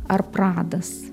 ar pradas